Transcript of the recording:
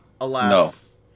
Alas